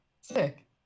Sick